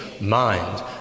mind